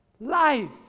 life